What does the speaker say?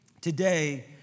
Today